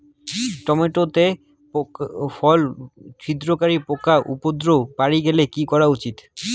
Tomato তে ফল ছিদ্রকারী পোকা উপদ্রব বাড়ি গেলে কি করা উচিৎ?